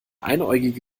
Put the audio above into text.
einäugige